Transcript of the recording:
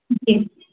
जी